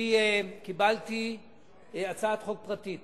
אני קיבלתי הצעת חוק פרטית